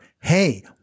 Hey